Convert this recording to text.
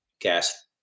gas